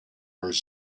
are